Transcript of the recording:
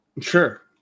Sure